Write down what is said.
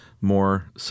more